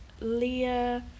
Leah